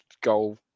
goal